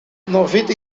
noventa